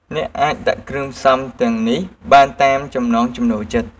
អ្នកអាចដាក់គ្រឿងផ្សំទាំងនេះបានតាមចំណងចំណូលចិត្ត។